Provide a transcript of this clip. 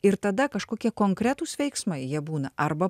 ir tada kažkokie konkretūs veiksmai jie būna arba